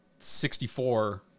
64